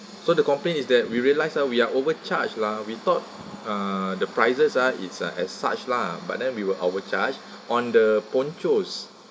so the complaint is that we realise ah we are overcharged lah we thought uh the prices ah it's a as such lah but then we were overcharged on the ponchos